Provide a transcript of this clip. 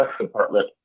department